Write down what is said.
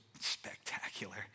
spectacular